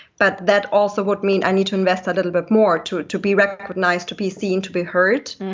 but that also would mean i need to invest a little bit more to to be recognized, to be seen, to be heard.